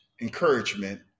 encouragement